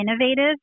innovative